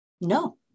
No